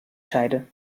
scheide